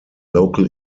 local